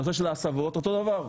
נושא ההסבות אותו דבר,